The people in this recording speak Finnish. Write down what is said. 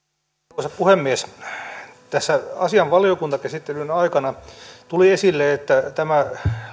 arvoisa puhemies tässä asian valiokuntakäsittelyn aikana tuli esille että tämä